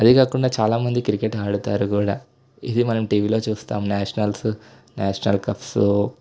అదే కాకుండా చాలామంది క్రికెట్ ఆడతారు కూడా ఇది మనం టీవీలో చూస్తాం నేషనల్స్ నేషనల్ కప్స్